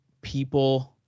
people